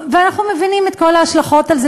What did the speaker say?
ואנחנו מבינים את כל ההשלכות של זה,